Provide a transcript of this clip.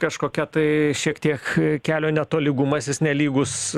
kažkokia tai šiek tiek kelio netolygumas jis nelygus